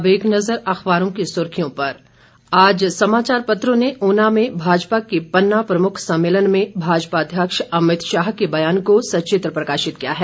अब एक नज़र अखबारों की सुर्खियों पर आज समाचार पत्रों ने ऊना में भाजपा के पन्ना प्रमुख सम्मेलन में भाजपा अध्यक्ष अमित शाह के बयान को सचित्र प्रकाशित किया है